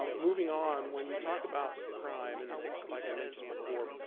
um moving on, when you talk about crime, and like i mentioned before,